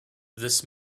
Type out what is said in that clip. this